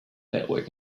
network